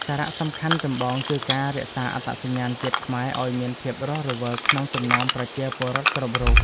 សារៈសំខាន់ចម្បងគឺការរក្សាអត្តសញ្ញាណជាតិខ្មែរឱ្យមានភាពរស់រវើកក្នុងចំណោមប្រជាពលរដ្ឋគ្រប់រូប។